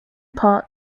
part